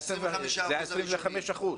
25% הראשונים.